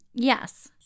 Yes